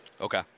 Okay